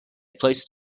placed